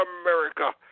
America